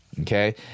Okay